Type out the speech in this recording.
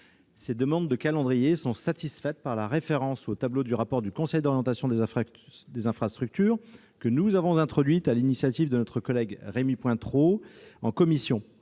Ces demandes de calendrier sont satisfaites par la référence au tableau du rapport du Conseil d'orientation des infrastructures, le COI, que nous avons introduite sur l'initiative de notre collègue Rémy Pointereau en commission